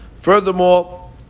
Furthermore